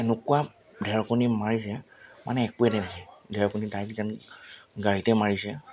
এনেকুৱা ঢেৰেকনি মাৰিছে মানে একোৱে নেদেখে ঢেৰেকনি ডাইৰেক্ট যেন গাড়ীতে মাৰিছে